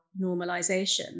normalization